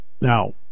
Now